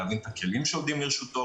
להבין את הכלים שעומדים לרשותו.